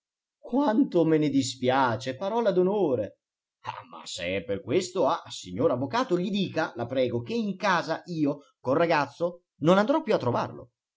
quanto me ne dispiace parola d'onore ma se è per questo ah signor avvocato gli dica la prego che in casa io col ragazzo non andrò più a trovarlo